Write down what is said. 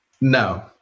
No